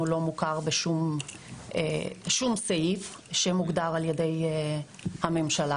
לא מוכר בשום סעיף שמוגדר על ידי הממשלה.